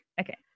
okay